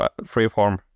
freeform